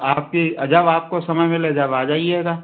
आपकी जब आपको समय मिले तब आ जाइएगा